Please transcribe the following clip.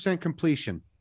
completion